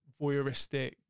voyeuristic